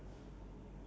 ya